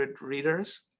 readers